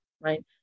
right